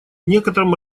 некотором